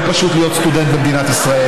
לא פשוט להיות סטודנט במדינת ישראל.